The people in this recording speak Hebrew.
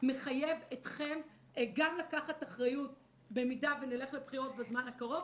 מחייב אתכם גם לקחת אחריות במידה ונלך לבחירות בזמן הקרוב